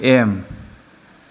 M